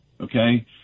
Okay